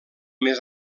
més